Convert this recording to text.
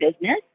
business